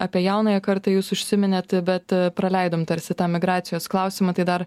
apie jaunąją kartą jūs užsiminėt bet praleidom tarsi tą migracijos klausimą tai dar